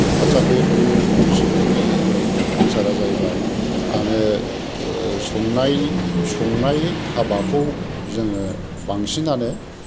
आच्चा बे कुइ सोंनायनि एन्सारा जाहैबाय आङो संनाय संनाय हाबाखौ जोङो बांसिनानो